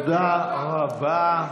תודה רבה.